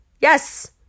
yes